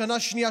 שנה שנייה,